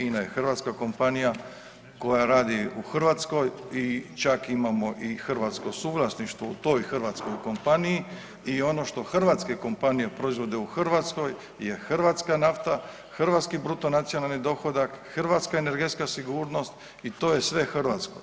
INA je hrvatska kompanija koja radi u Hrvatskoj i čak imamo i hrvatsko suvlasništvo u toj hrvatskoj kompaniji i ono što hrvatske kompanije provode u Hrvatskoj je hrvatska nafta, hrvatski bruto nacionalni dohodak, hrvatska energetska sigurnost i to je sve hrvatsko.